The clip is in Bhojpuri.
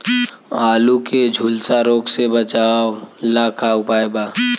आलू के झुलसा रोग से बचाव ला का उपाय बा?